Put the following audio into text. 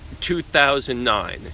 2009